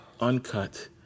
uncut